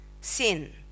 Sin